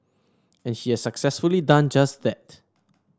and he has successfully done just that